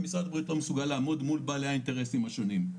ומשרד הבריאות לא מסוגל לעמוד מול בעלי האינטרסים השונים,